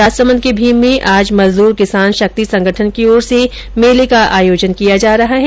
राजसमंद के भीम में आज मजदूर किसान शक्ति संगठन की ओर से मेले का आयोजन किया जा रहा है